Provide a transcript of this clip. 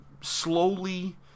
slowly